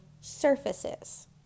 Surfaces